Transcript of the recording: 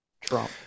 Trump